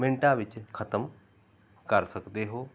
ਮਿੰਟਾਂ ਵਿੱਚ ਖਤਮ ਕਰ ਸਕਦੇ ਹੋ